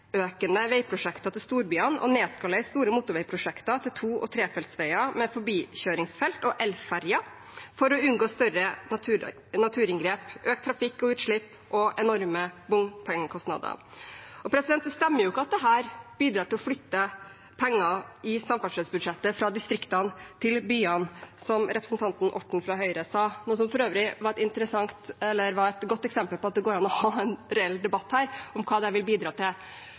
veiprosjekter til storbyene og nedskalere store motorveiprosjekter til to- og trefeltsveier med forbikjøringsfelt og elferger for å unngå større naturinngrep, økt trafikk og utslipp og enorme bompengekostnader. Det stemmer jo ikke at dette bidrar til å flytte penger i samferdselsbudsjettet fra distriktene til byene, som representanten Orten fra Høyre sa – det var for øvrig et godt eksempel på at det går an å ha en reell debatt her om hva det vil bidra til.